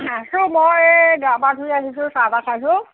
আছো মই এই গাঁ পা ধুই আহিছোঁ চাহ তাহ খাইছোঁ